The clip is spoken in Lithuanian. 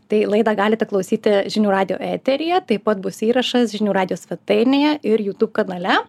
tai laidą galite klausyti žinių radijo eteryje taip pat bus įrašas žinių radijo svetainėje ir jutūb kanale